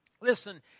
listen